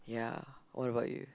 ya what about you